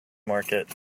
market